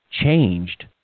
changed